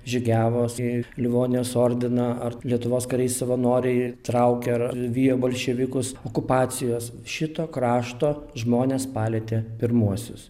žygiavo į livonijos ordiną ar lietuvos kariai savanoriai traukė ar vijo bolševikus okupacijos šito krašto žmones palietė pirmuosius